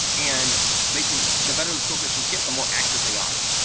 and basically, the better those coefficients get, the more accurate they are.